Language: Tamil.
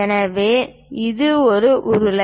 எனவே இது ஒரு உருளை